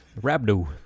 Rabdo